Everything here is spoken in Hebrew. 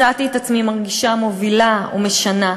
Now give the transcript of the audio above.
מצאתי את עצמי מרגישה מובילה ומשנה.